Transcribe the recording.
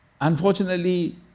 unfortunately